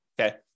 okay